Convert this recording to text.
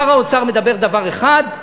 שר האוצר מדבר דבר אחד,